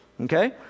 okay